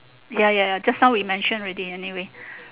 ya ya just now we mention already anyway